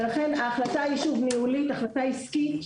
ולכן ההחלטה היא ניהולית ועסקית,